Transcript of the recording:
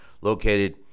located